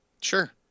Sure